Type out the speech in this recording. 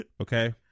Okay